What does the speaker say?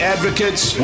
Advocates